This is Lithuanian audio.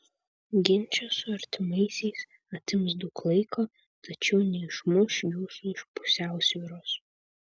ginčai su artimaisiais atims daug laiko tačiau neišmuš jūsų iš pusiausvyros